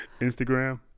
Instagram